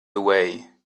away